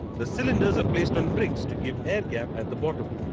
the cylinders are placed on bricks to give air gap at the bottom.